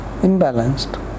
imbalanced